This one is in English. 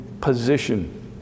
position